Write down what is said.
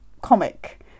comic